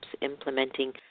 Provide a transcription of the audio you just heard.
implementing